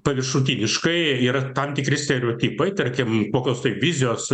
paviršutiniškai yra tam tikri stereotipai tarkim kokios tai vizijos